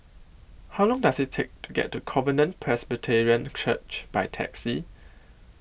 How Long Does IT Take to get to Covenant Presbyterian Church By Taxi